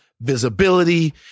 visibility